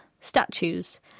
Statues